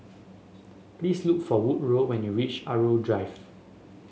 please look for Woodroe when you reach Irau Drive